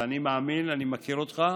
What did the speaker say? ואני מאמין, אני מכיר אותך,